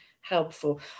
helpful